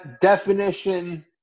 definition –